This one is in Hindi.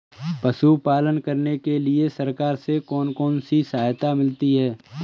पशु पालन करने के लिए सरकार से कौन कौन सी सहायता मिलती है